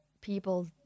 people